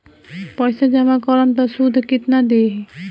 पैसा जमा करम त शुध कितना देही?